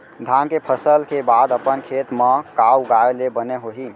धान के फसल के बाद अपन खेत मा का उगाए ले बने होही?